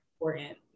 important